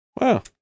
Wow